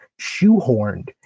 shoehorned